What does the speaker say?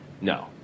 No